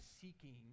seeking